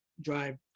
drive